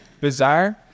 bizarre